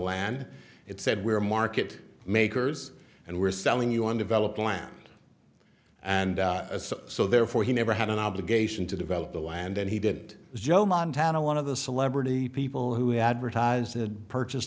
land it said we're market makers and we're selling you undeveloped land and so therefore he never had an obligation to develop the land and he did joe montana one of the celebrity people who advertised a purchase